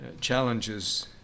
challenges